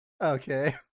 Okay